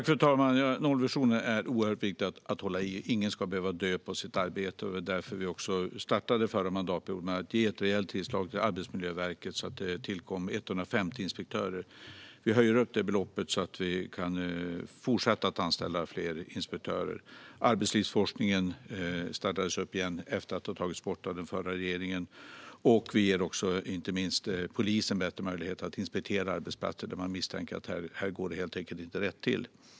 Fru talman! Nollvisionen är oerhört viktig att hålla i. Ingen ska behöva dö på sitt arbete. Det var därför vi startade förra mandatperioden med att ge ett rejält tillskott till Arbetsmiljöverket så att det tillkom 150 inspektörer. Vi höjer nu beloppet så att vi kan fortsätta anställa fler inspektörer. Arbetslivsforskningen startades upp igen efter att ha tagits bort av den förra regeringen. Vi ger också inte minst polisen bättre möjligheter att inspektera arbetsplatser där man misstänker att här går det helt enkelt inte rätt till.